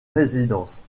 résidence